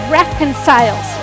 reconciles